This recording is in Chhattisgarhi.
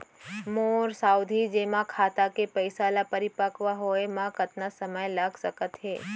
मोर सावधि जेमा खाता के पइसा ल परिपक्व होये म कतना समय लग सकत हे?